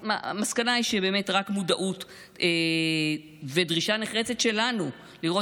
המסקנה היא שבאמת רק מודעות ודרישה נחרצת שלנו לראות